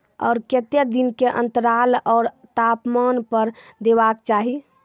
आर केते दिन के अन्तराल आर तापमान पर देबाक चाही?